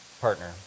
partner